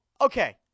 okay